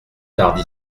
tardy